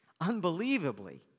Unbelievably